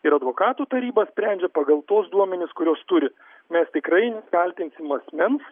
ir advokatų taryba sprendžia pagal tuos duomenis kuriuos turi mes tikrai nekaltinsim asmens